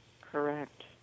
correct